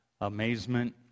amazement